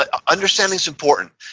ah understanding is important,